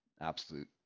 absolute